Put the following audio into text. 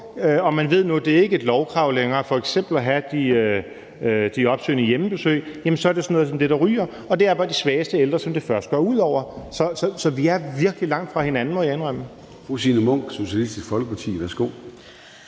og man ved, at nu er det ikke et lovkrav længere f.eks. at have de opsøgende hjemmebesøg, er det sådan noget som det, der ryger, og det er bare de svageste ældre, som det først går ud over. Så vi er virkelig langt fra hinanden, må jeg indrømme. Kl. 21:00 Formanden (Søren Gade): Fru Signe Munk, Socialistisk Folkeparti. Værsgo.